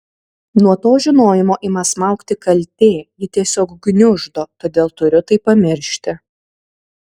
nuo to žinojimo ima smaugti kaltė ji tiesiog gniuždo todėl turiu tai pamiršti